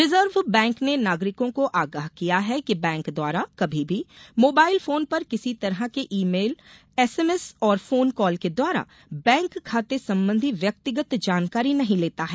reserve bank ने नागरिकों को आगाह किया है कि बैंक द्वारा कभी भी मोबाइल फोन पर किसी तरह के ई मेल एसएमएस और फोन काल के द्वारा बैंक खाते संबंधी व्यक्तिगत जानकारी नहीं लेता है